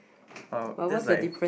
oh that's like